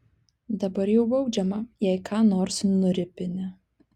dabar jau baudžiama jei ką nors nuripini